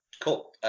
Cool